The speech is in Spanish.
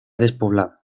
despoblado